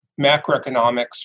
macroeconomics